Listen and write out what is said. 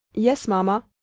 yes, mamma.